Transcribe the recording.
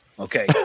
okay